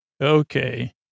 okay